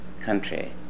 country